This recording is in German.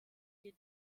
die